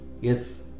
Yes